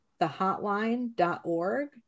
thehotline.org